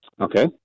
Okay